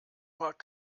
mag